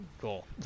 Cool